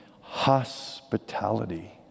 Hospitality